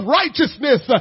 righteousness